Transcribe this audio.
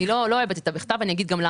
אני לא אוהבת את המילה "בכתב", ואני אסביר למה.